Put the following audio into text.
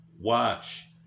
watch